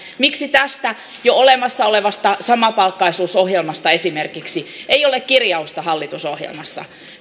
miksi tästä jo olemassa olevasta samapalkkaisuusohjelmasta esimerkiksi ei ole kirjausta hallitusohjelmassa